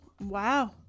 Wow